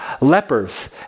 lepers